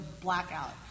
blackout